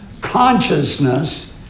consciousness